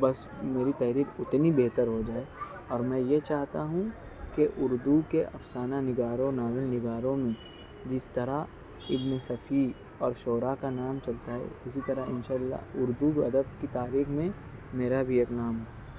بس میری تحریر اتنی بہتر ہو جائے اور میں یہ چاہتا ہوں کہ اردو کے افسانہ نگاروں ناول نگاروں نے جس طرح ابن صفی اور شعرا کا نام چلتا ہے اسی طرح انشا اللہ اردو ادب کی تاریخ میں میرا بھی ایک نام ہو